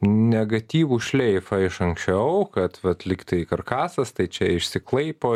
negatyvų šleifą iš anksčiau kad vat lyg tai karkasas tai čia išsiklaipo